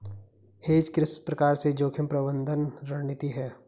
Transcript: Hedge किस प्रकार से जोखिम प्रबंधन रणनीति है?